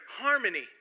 Harmony